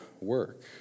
work